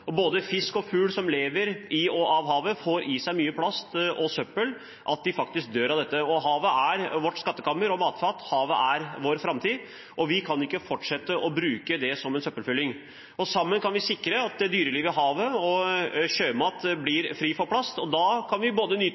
Både fisk og fugl som lever i og av havet, får i seg så mye plast og søppel at de faktisk dør av det. Havet er vårt skattekammer og matfat – havet er vår framtid – og vi kan ikke fortsette å bruke det som søppelfylling. Sammen kan vi sikre at dyrelivet i havet og sjømat blir fri for plast. Da kan vi nyte strendene, frie for både